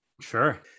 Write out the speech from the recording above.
Sure